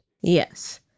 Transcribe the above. Yes